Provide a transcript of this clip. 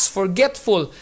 forgetful